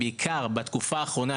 בעיקר בתקופה האחרונה,